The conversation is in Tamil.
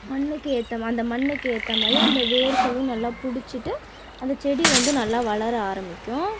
மண்ணுக்கு ஏற்ற ம அந்த மண்ணுக்கு ஏற்ற மாதிரி அந்த வேர்களும் நல்லா பிடிச்சிட்டு அந்த செடி வந்து நல்லா வளர ஆரமிக்கும்